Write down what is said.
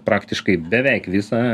praktiškai beveik visą